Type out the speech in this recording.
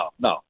no